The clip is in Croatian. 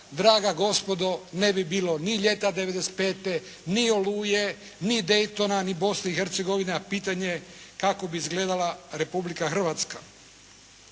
draga gospodo ne bi bilo ni ljeta '95., ni “Oluje“, ni Daytona, ni Bosne i Hercegovine, a pitanje kako bi izgledala Republika Hrvatska.